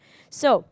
so